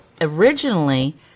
originally